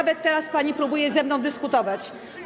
Nawet teraz pani próbuje ze mną dyskutować.